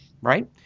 right